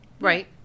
Right